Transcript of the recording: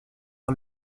par